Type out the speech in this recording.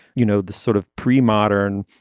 you know, the sort of premodern,